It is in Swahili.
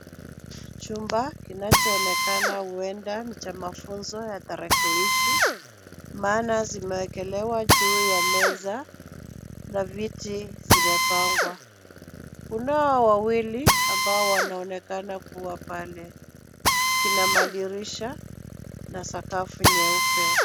Chumba, kinachoonekana huenda ni cha mafunzo ya tarakilishi, maana zimewekelewa juu ya meza, na viti zimepangwa. Kunao wawili, ambao wanaonekana kuwa pale. Kina madirisha, na sakafu nyeupe.